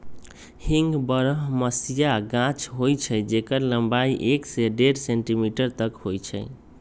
हींग बरहमसिया गाछ होइ छइ जेकर लम्बाई एक से डेढ़ सेंटीमीटर तक होइ छइ